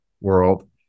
world